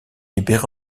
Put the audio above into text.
libérées